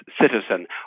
citizen